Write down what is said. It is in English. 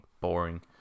boring